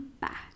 back